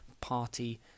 party